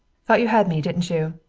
thought you had me, didn't you?